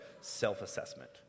self-assessment